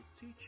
teach